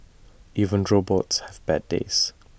even robots have bad days